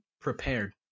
prepared